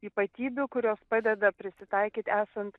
ypatybių kurios padeda prisitaikyt esant